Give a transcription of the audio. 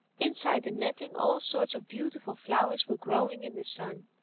inside the netting all sorts of beautiful flowers were growing in the sun,